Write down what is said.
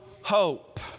hope